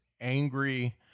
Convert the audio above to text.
angry